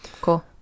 Cool